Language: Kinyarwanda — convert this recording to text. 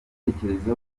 igitekerezo